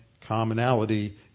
commonality